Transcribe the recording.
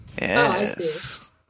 Yes